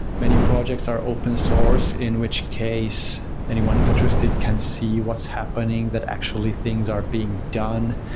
many projects are open source, in which case anyone interested can see what's happening, that actually things are being done.